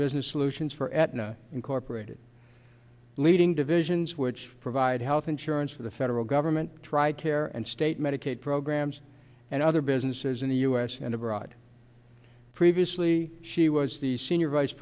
business solutions for at and incorporated leading divisions which provide health insurance for the federal government tried care and state medicaid programs and other businesses in the u s and abroad previously she was the senior vice